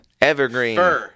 Evergreen